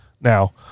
Now